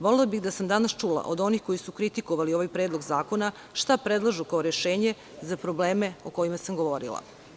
Volela bih da sam danas čula od onih koji su kritikovali ovaj predlog zakona šta predlažu kao rešenje za probleme o kojima sam govorila?